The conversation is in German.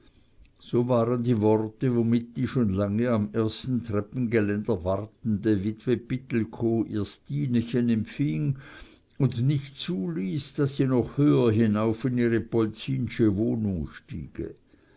so waren die worte womit die schon lange am ersten treppengeländer wartende witwe pittelkow ihr stinechen empfing und nicht zuließ daß sie noch höher hinauf in ihre polzinsche wohnung stiege